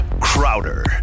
Crowder